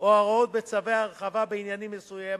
או ההוראות בצווי הרחבה בעניינים מסוימים,